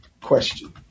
question